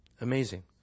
amazing